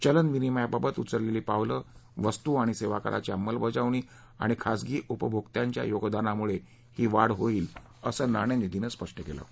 चलन विनिमयाबाबत उचलेली पावलं वस्तू आणि सेवा कराची अंमलबजावणी आणि खाजगी उपभोक्त्यांच्या योगदानामुळे ही वाढ होईल असं नाणेनिधीनं स्पष्ट केलं आहे